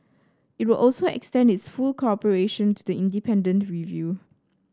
it will also extend its full cooperation to the independent review